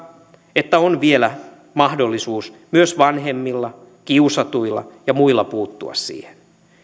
että on vielä mahdollisuus myös vanhemmilla kiusatuilla ja muilla puuttua siihen